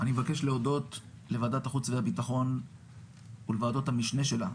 אני מבקש להודות לוועדת החוץ והביטחון ולוועדות המשנה שלה,